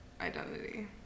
identity